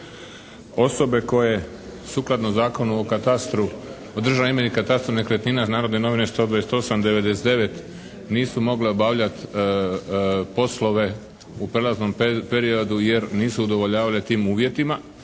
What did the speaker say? osobe koje sukladno Zakonu o katastru, u državnoj izmjeri katastra nekretnina "Narodne novine", 128/99, nisu mogle obavljati poslove u prijelaznom periodu jer nisu udovoljavale tim uvjetima.